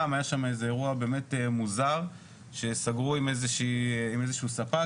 היה שם אירוע באמת מוזר שסגרו עם איזשהו ספק,